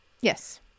Yes